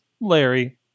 Larry